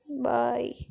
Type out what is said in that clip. Bye